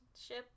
ship